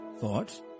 Thoughts